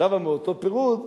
שבה מאותו פירוד,